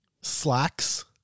Slacks